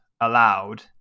allowed